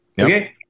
okay